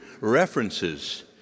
references